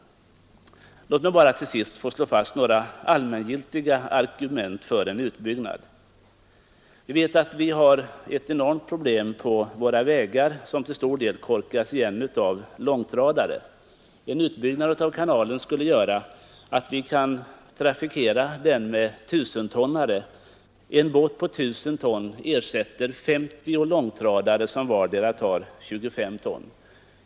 Låt mig bara till sist få slå fast några allmängiltiga argument för en utbyggnad. För det första vet vi att vi har ett enormt problem på våra vägar, som till stor del korkas igen av långtradare. En utbyggnad av kanalen skulle göra att vi kunde trafikera den med tusentonnare. En båt på 1 000 ton ersätter ca 50 långtradare som vardera tar 20—2S5 ton.